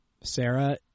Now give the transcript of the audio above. Sarah